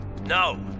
no